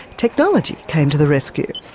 technology came to the rescue.